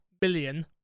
billion